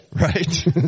right